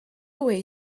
way